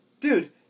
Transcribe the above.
dude